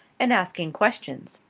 and asking questions.